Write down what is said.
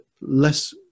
less